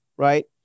right